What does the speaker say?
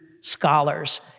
scholars